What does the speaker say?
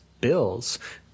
bills